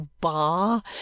bar